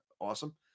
awesome